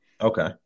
Okay